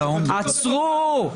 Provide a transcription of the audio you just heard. עצרו.